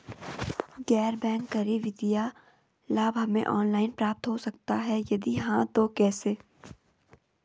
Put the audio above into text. गैर बैंक करी वित्तीय लाभ हमें ऑनलाइन प्राप्त हो सकता है यदि हाँ तो कैसे?